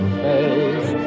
face